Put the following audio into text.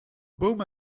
boom